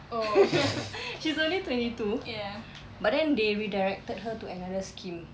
she's only twenty two but then they redirected her to another scheme